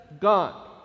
gone